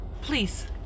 Please